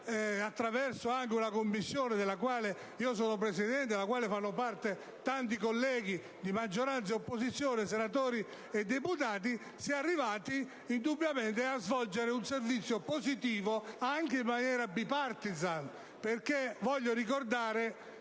attraverso anche una Commissione della quale sono Presidente e della quale fanno parte tanti colleghi di maggioranza e opposizione, senatori e deputati, si è arrivati indubbiamente a svolgere un servizio positivo, anche in maniera *bipartisan*. Voglio ricordare